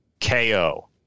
KO